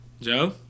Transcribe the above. Joe